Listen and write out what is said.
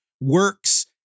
works